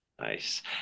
Nice